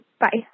Bye